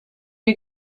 you